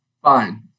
Fine